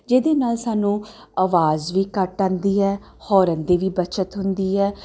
ਜਿਹਦੇ ਨਾਲ ਸਾਨੂੰ ਆਵਾਜ਼ ਵੀ ਘੱਟ ਆਉਂਦੀ ਹੈ ਹੋਰਨ ਦੀ ਵੀ ਬੱਚਤ ਹੁੰਦੀ ਹੈ